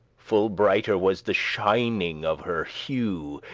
full brighter was the shining of her hue,